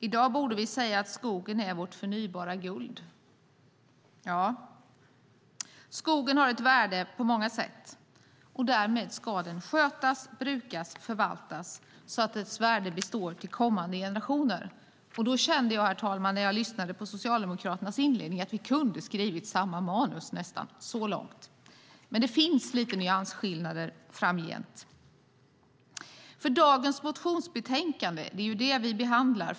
I dag borde vi säga att skogen är vårt förnybara guld. Skogen har ett värde på många sätt. Därmed ska den skötas, brukas och förvaltas så att dess värde består till kommande generationer. Herr talman! När jag lyssnade på Socialdemokraternas inledning kände jag att vi nästan kunde ha skrivit samma manus - så långt. Men det finns lite nyansskillnader framgent. Det är ett motionsbetänkande som vi debatterar i dag.